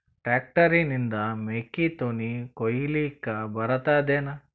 Tractor ನಿಂದ ಮೆಕ್ಕಿತೆನಿ ಕೊಯ್ಯಲಿಕ್ ಬರತದೆನ?